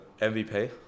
MVP